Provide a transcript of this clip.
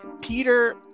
Peter